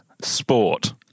sport